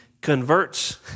converts